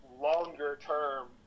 longer-term